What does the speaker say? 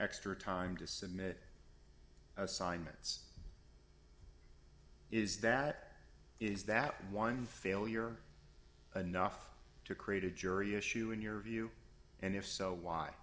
extra time to submit assignments is that is that one failure enough to create a jury issue in your view and if so why